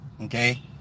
okay